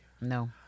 no